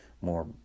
more